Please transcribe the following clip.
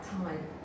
time